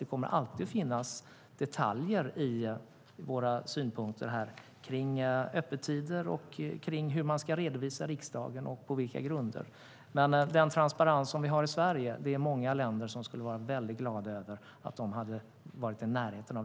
Det kommer alltid att finnas detaljer i våra synpunkter kring öppettider och kring hur man ska redovisa för riksdagen och på vilka grunder. Men den transparens som vi har i Sverige är det många länder som skulle vara väldigt glada över att vara i närheten av.